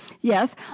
yes